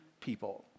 people